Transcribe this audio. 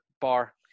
Bar